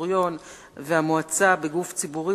הדירקטוריון והמועצה בגוף ציבורי